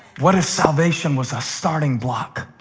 what if salvation was a starting block,